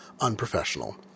Unprofessional